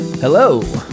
Hello